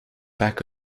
back